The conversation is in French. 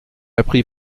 appris